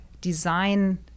design